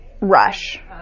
rush